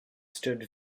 stood